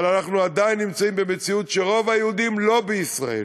אבל אנחנו עדיין נמצאים במציאות שרוב היהודים לא בישראל.